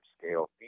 scale